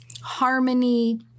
harmony